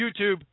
YouTube